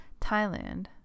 Thailand